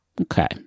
Okay